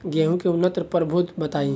गेंहू के उन्नत प्रभेद बताई?